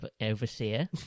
overseer